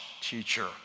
teacher